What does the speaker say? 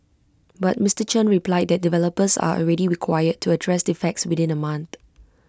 but Mister Chen replied that developers are already required to address defects within A month